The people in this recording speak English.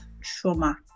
trauma